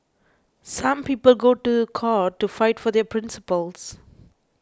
some people go to the court to fight for their principles